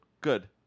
Good